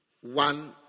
one